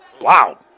Wow